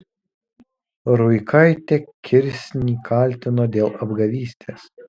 ruikaitė kirsnį kaltino dėl apgavystės